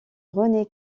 rené